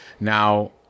Now